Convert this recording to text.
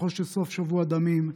בפתחו של סוף שבוע דמים,